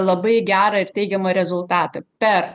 labai gerą ir teigiamą rezultatą per